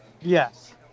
Yes